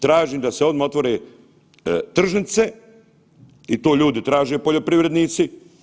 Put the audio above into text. Tražim da se odmah otvore tržnice i to ljudi traže poljoprivrednici.